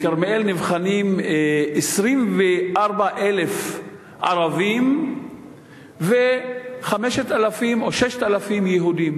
נבחנים 24,000 ערבים ו-5,000 או 6,000 יהודים.